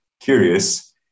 curious